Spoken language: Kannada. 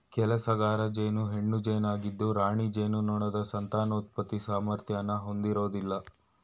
ಕೆಲ್ಸಗಾರ ಜೇನು ಹೆಣ್ಣು ಜೇನಾಗಿದ್ದು ರಾಣಿ ಜೇನುನೊಣದ ಸಂತಾನೋತ್ಪತ್ತಿ ಸಾಮರ್ಥ್ಯನ ಹೊಂದಿರೋದಿಲ್ಲ